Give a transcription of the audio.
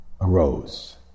arose